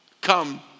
come